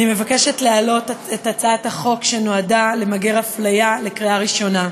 אני מבקשת להעלות, לקריאה ראשונה,